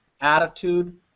attitude